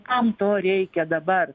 kam to reikia dabar